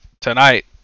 tonight